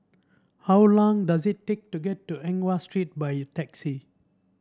how long does it take to get to Eng Watt Street by taxi